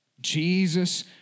Jesus